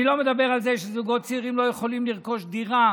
אני לא מדבר על זה שזוגות צעירים לא יכולים לרכוש דירה